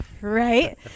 right